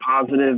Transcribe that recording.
positive